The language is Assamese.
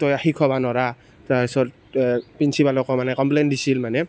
তই শিকাব নোৱাৰ তাৰপাছত প্ৰিঞ্চিপালকো মানে কম্প্লেইন দিছিল মানে